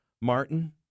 Martin